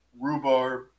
rhubarb